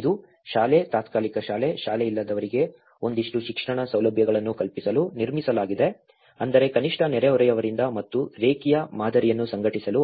ಇದು ಶಾಲೆ ತಾತ್ಕಾಲಿಕ ಶಾಲೆ ಶಾಲೆ ಇಲ್ಲದವರಿಗೆ ಒಂದಿಷ್ಟು ಶಿಕ್ಷಣ ಸೌಲಭ್ಯಗಳನ್ನು ಕಲ್ಪಿಸಲು ನಿರ್ಮಿಸಲಾಗಿದೆ ಅಂದರೆ ಕನಿಷ್ಠ ನೆರೆಹೊರೆಯವರಿಂದ ಮತ್ತು ರೇಖೀಯ ಮಾದರಿಯನ್ನು ಸಂಘಟಿಸಲು